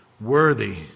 worthy